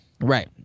right